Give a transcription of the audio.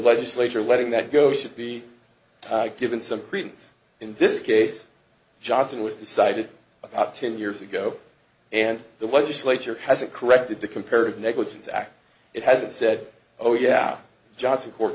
legislature letting that go should be given some credence in this case johnson was decided about ten years ago and the legislature hasn't corrected the comparative negligence act it hasn't said oh yeah johnson court